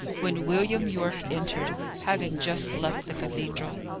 when william yorke entered, having just left the cathedral.